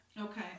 Okay